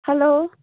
hello